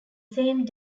same